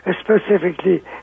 specifically